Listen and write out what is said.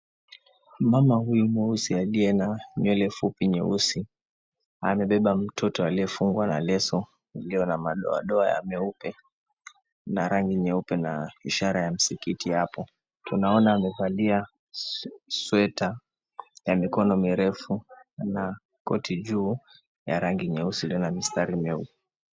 Mama huyu mweusi aliye na nywele fupi nyeusi, amebeba mtoto aliyefungwa na leso iliyo na madoadoa ya meupe na rangi nyeupe na ishara ya msikiti hapo. Tunaona amevalia sweater ya mikono mirefu na koti juu ya rangi nyeusi iliyo na mistari meupe.